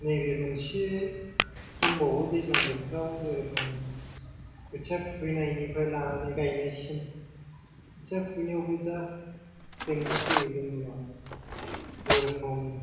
नैबे मोनसे दंबावो दैज्लं बोथोराव जेरखम खोथिया खुबैनायनिफ्राय लानानै गायनायसिम खोथिया खुबैनायावबो जा जेंना फैयो जोंनियाव जेरेखम